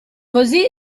così